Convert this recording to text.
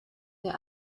der